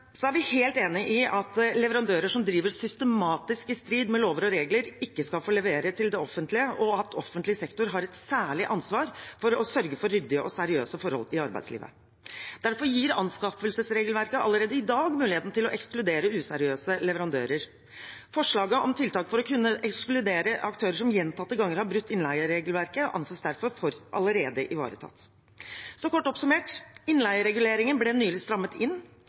Så er vi helt enig i at leverandører som driver systematisk i strid med lover og regler, ikke skal få levere til det offentlige, og at offentlig sektor har et særlig ansvar for å sørge for ryddige og seriøse forhold i arbeidslivet. Derfor gir anskaffelsesregelverket allerede i dag muligheten til å ekskludere useriøse leverandører. Forslaget om tiltak for å kunne ekskludere aktører som gjentatte ganger har brutt innleieregelverket, anses derfor som allerede ivaretatt. Så kort oppsummert: Innleiereguleringen ble nylig strammet inn.